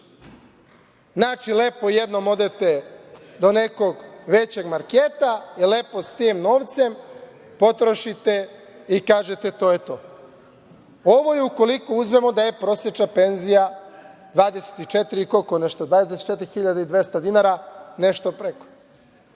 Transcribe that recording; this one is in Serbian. Znači, lepo jednom odete do nekog većeg marketa i lepo sa tim novcem potrošite i kažete - to je to. Ovo je ukoliko uzmemo da je prosečna penzija 24.200 dinara, nešto preko. Sve